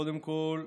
קודם כול,